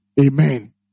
amen